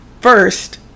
first